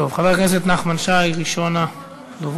חבר הכנסת דב חנין, ראשון הדוברים.